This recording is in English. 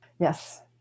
Yes